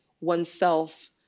oneself